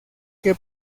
que